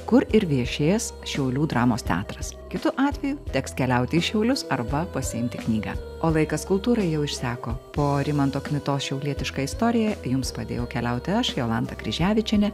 kur ir viešės šiaulių dramos teatras kitu atveju teks keliauti į šiaulius arba pasiimti knygą o laikas kultūrai jau išseko po rimanto kmitos šiaulietišką istoriją jums padėjo keliauti aš jolanta kryževičienė